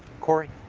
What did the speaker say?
cori.